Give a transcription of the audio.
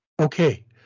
Okay